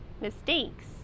mistakes